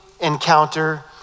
encounter